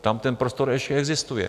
Tam ten prostor ještě existuje.